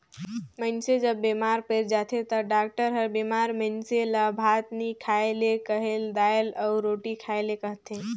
मइनसे जब बेमार पइर जाथे ता डॉक्टर हर बेमार मइनसे ल भात नी खाए ले कहेल, दाएल अउ रोटी खाए ले कहथे